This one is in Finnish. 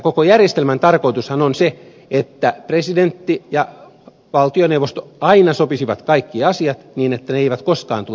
koko järjestelmän tarkoitushan on se että presidentti ja valtioneuvosto aina sopisivat kaikki asiat niin että ne eivät koskaan tule eduskuntaan